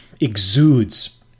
exudes